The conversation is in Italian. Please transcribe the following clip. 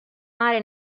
mare